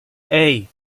hey